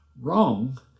Wrong